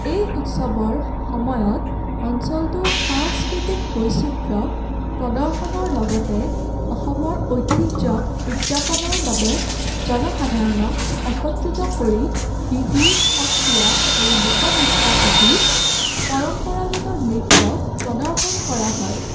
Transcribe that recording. এই উৎসৱৰ সময়ত অঞ্চলটোৰ সাংস্কৃতিক বৈচিত্ৰ্য প্ৰদৰ্শনৰ লগতে অসমৰ ঐতিহ্যক উদযাপনৰ বাবে জনসাধাৰণক একত্ৰিত কৰি বিহু সত্ৰীয়া আৰু লোকনৃত্য আদি পৰম্পৰাগত নৃত্য প্ৰদৰ্শন কৰা হয়